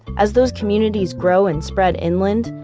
as those communities grow and spread inland,